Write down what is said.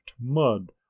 mud